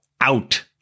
out